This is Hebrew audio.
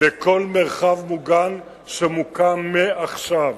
בכל מרחב מוגן שמוקם מעכשיו.